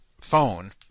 phone